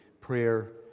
prayer